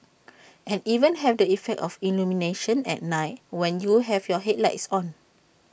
and even have the effect of illumination at night when you have your headlights on